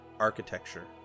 Architecture